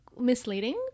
misleading